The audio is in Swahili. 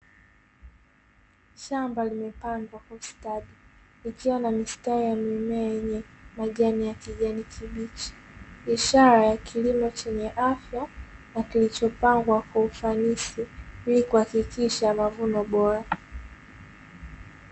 Shamba limepandwa kwa ustadi likiwa na mistari ya mimea yenye majani ya kijani kibichi, ishara ya kilimo chenye afya na kilichopangwa kwa ufanisi ili kuhakikisha mavuno bora.